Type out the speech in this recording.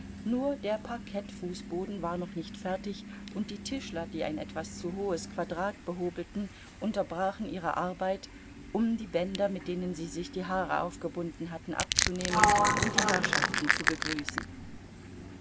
nur der parkettfußboden war noch nicht fertig und die tischler die ein etwas zu hohes quadrat behobelten unterbrachen ihre arbeit um die bänder mit denen sie sich die haare aufgebunden hatten abzunehmen und die herrschaften zu begrüßen